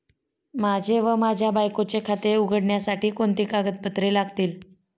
माझे व माझ्या बायकोचे खाते उघडण्यासाठी कोणती कागदपत्रे लागतील?